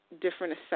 different